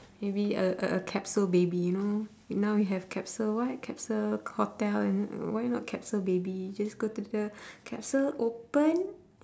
maybe uh uh a capsule baby you know now we have capsule what capsule hotel and why not capsule baby just go to the capsule open